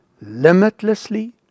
limitlessly